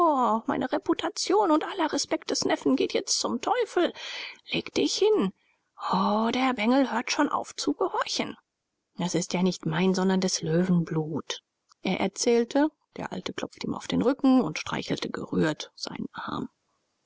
meine reputation und aller respekt des neffen geht jetzt zum teufel leg dich hin o der bengel hört schon auf zu gehorchen das ist ja nicht mein sondern des löwen blut er erzählte der alte klopfte ihm auf den rücken und streichelte gerührt seinen arm